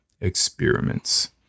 experiments